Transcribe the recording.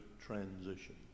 transition